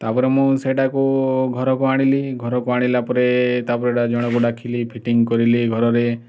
ତାପରେ ମୁଁ ସେଇଟାକୁ ଘରକୁ ଆଣିଲି ଘରକୁ ଆଣିଲା ପରେ ତାପରେ ଗୋଟେ ଜଣକୁ ଡ଼ାକିଲି ଫିଟିଙ୍ଗ କରିଲି ଘରରେ